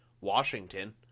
Washington